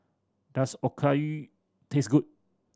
does Okayu taste good